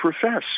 profess